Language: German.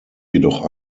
jedoch